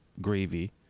gravy